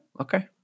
Okay